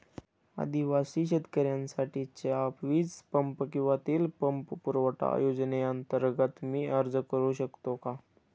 आदिवासी शेतकऱ्यांसाठीच्या वीज पंप किंवा तेल पंप पुरवठा योजनेअंतर्गत मी अर्ज करू शकतो का?